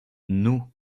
nous